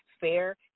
fair